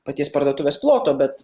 paties parduotuvės ploto bet